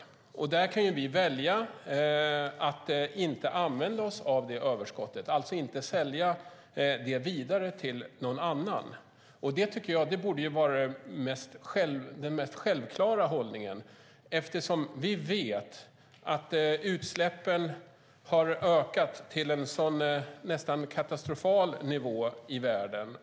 Då kan vi välja att inte använda oss av detta överskott, alltså att inte sälja det vidare till någon annan. Det tycker jag borde vara den mest självklara hållningen eftersom vi vet att utsläppen har ökat till en nästan katastrofal nivå i världen.